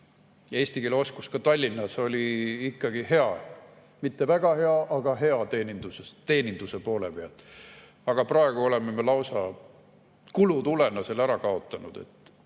eesti keele oskus oli ka Tallinnas ikkagi hea, mitte väga hea, aga hea teeninduse poole pealt. Aga praegu oleme lausa kulutulena selle ära kaotanud.